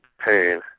pain